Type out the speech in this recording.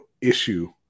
issue